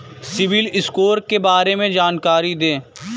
CIBIL score के बारे में जानकारी दें?